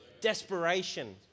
Desperation